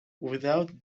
without